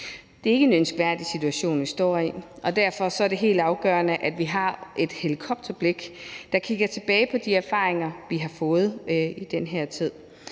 Det er ikke en ønskværdig situation, vi står i, og derfor er det helt afgørende, at vi har et helikopterblik, der kigger tilbage på de erfaringer, vi har fået i den her tid.